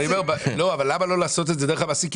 למה לא לעשות את זה דרך המעסיק?